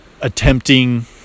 attempting